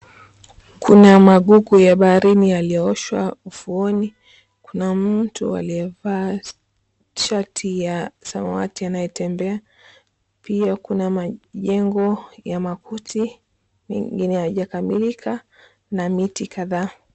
Kuna magugu ya baharini yaliyooshwa ufuoni, kuna mtu aliyevaa shati ya samawati anayetembea pia kuna majengo ya makuti mengine hayajakamilika na miti kadhaa.